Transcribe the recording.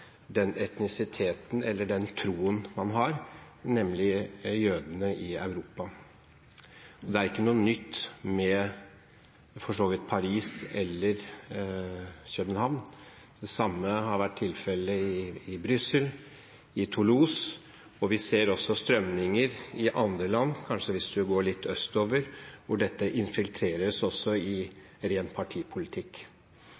den etnisiteten eller den troen man har, nemlig jødene i Europa. Det er ikke noe nytt for så vidt med Paris eller København, det samme har vært tilfellet i Brussel og i Toulouse, og vi ser også strømninger i andre land, kanskje hvis man går litt østover, hvor dette infiltreres også i ren partipolitikk.